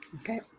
Okay